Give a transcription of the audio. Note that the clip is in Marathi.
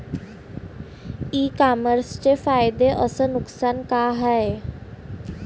इ कामर्सचे फायदे अस नुकसान का हाये